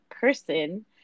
person